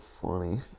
funny